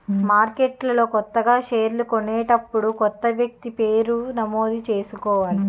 మార్కెట్లో కొత్తగా షేర్లు కొనేటప్పుడు కొత్త వ్యక్తి పేరు నమోదు చేసుకోవాలి